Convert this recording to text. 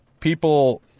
People